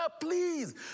please